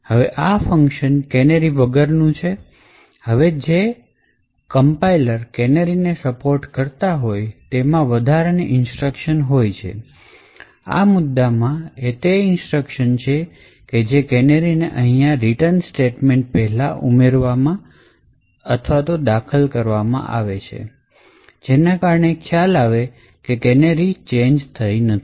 હવે આ function canary વગરનું છે હવે જે કમ્પ્યુટર કેનેરી ને સપોર્ટ કરતા હોય તેમાં વધારાની ઇન્સ્ટ્રક્શન હોય છે આ મુદ્દામાં એ તે ઇન્સ્ટ્રક્શન છે કે જે કેનેરી ને અહિયાં રિટર્ન સ્ટેટમેન્ટ પહેલા ઉમેરવા તથા દાખલ કરવાની હોય છે જેના કારણે એ ખ્યાલ આવે કે કેનેરી ચેન્જ થઇ નથી